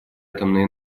атомной